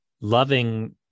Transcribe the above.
loving